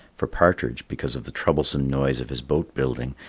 for partridge, because of the troublesome noise of his boat-building,